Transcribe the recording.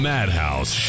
Madhouse